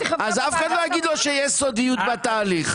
אז אף אחד לא יגיד שיש סודיות בתהליך.